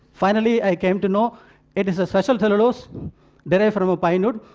finally, i came to know it is a special cellulose derived from a pinewood,